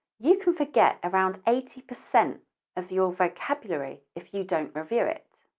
you can forget around eighty percent of your vocabulary if you don't review it.